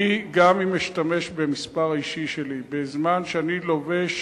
אני, גם אם אשתמש במספר האישי שלי בזמן שאני לובש